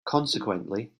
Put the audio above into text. consequently